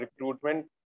recruitment